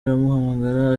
aramuhamagara